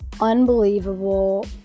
unbelievable